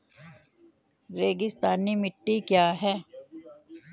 रेगिस्तानी मिट्टी क्या है?